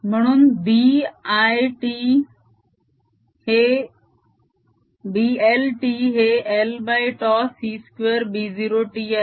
म्हणून B l t हे lτ c2 B0 t आहे